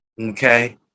Okay